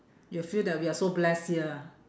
you feel that we are so blessed here ah